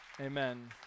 Amen